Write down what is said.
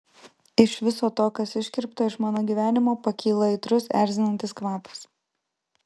iš viso to kas iškirpta iš mano gyvenimo pakyla aitrus erzinantis kvapas